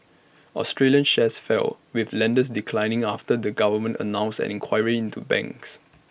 Australian shares fell with lenders declining after the government announced an inquiry into banks